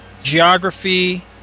Geography